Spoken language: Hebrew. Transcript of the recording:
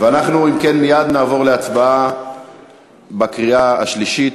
ואנחנו אם כן מייד נעבור להצבעה בקריאה השלישית.